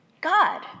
God